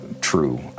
true